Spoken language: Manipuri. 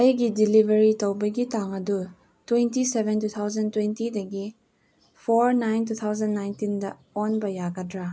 ꯑꯩꯒꯤ ꯗꯤꯂꯤꯕꯔꯤ ꯇꯧꯕꯒꯤ ꯇꯥꯡ ꯑꯗꯨ twenty seven two thousand twenty ꯗꯒꯤ ꯐꯣꯔ ꯅꯥꯏꯟ ꯇꯨ ꯊꯥꯎꯖꯟ ꯅꯥꯏꯟꯇꯤꯟꯗ ꯑꯣꯟꯕ ꯌꯥꯒꯗ꯭ꯔꯥ